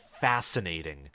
fascinating